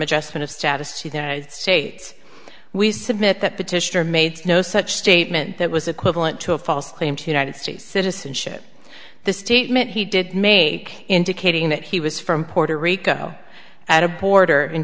adjustment of status united states we submit that petition or made no such statement that was equivalent to a false claim to united states citizenship the statement he did make indicating that he was from puerto rico at a border in